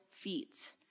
feet